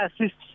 assists